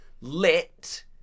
lit